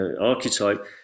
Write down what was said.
archetype